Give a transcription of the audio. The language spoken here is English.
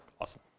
awesome